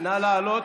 נא לעלות.